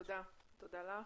תודה לך.